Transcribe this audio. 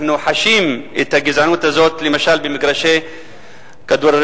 אנחנו חשים את הגזענות הזאת למשל במגרשי כדורגל.